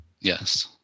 Yes